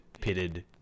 pitted